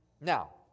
Now